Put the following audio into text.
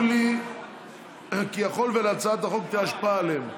לי כי יכול שלהצעת החוק תהיה השפעה עליהם.